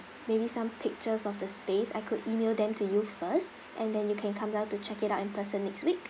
maybe some pictures of the space I could email them to you first and then you can come down to check it out in person next week